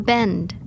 Bend